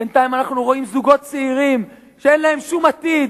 בינתיים אנחנו רואים זוגות צעירים שאין להם שום עתיד,